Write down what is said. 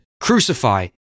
Crucify